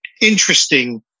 interesting